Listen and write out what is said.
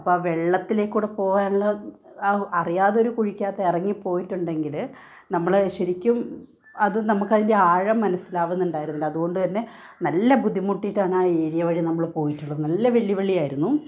അപ്പോൾ ആ വെള്ളത്തിൽക്കൂടി പോകാനുള്ള ആ അറിയാതെ ഒരു കുഴിക്കകത്ത് ഇറങ്ങിപ്പോയിട്ടുണ്ടെങ്കിൽ നമ്മൾ ശരിക്കും അത് നമുക്ക് അതിൻ്റെ ആഴം മനസ്സിലാകുന്നുണ്ടായിരുന്നില്ല അതുകൊണ്ടുതന്നെ നല്ല ബുദ്ധിമുട്ടിയിട്ടാണ് ആ ഏരിയ വഴി നമ്മൾ പോയിട്ടുള്ളത് നല്ല വെല്ലുവിളി ആയിരുന്നു